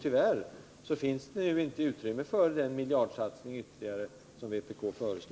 Tyvärr finns det inte nu utrymme för den ytterligare miljardsatsning som vpk föreslår.